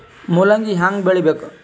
ಮೂಲಂಗಿ ಹ್ಯಾಂಗ ಬೆಳಿಬೇಕು?